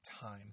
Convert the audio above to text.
time